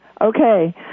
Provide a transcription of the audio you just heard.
Okay